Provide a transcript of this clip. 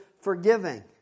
forgiving